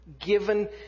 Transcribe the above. given